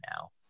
now